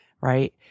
right